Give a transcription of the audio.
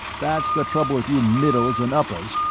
that's the trouble with you middles and uppers,